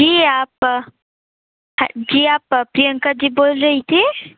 जी आप जी आप प्रियंका जी बोल रही थी